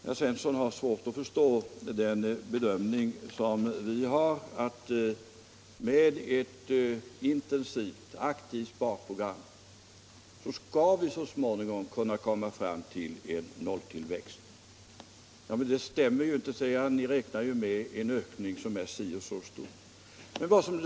Herr Svensson i Malmö har svårt att förstå vår bedömning, att vi med ett intensivt och aktivt sparprogram så småningom skall kunna komma fram till en nolltillväxt. Men det stämmer ju inte, 'säger han, utan ni räknar med en ökning som är si och så stor.